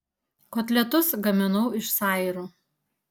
kotletus gaminau iš sairų